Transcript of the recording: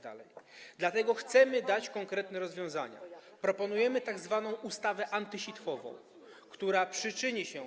Dlatego chcemy dać konkretne rozwiązania, proponujemy tzw. ustawę antysitwową, która przyczyni się.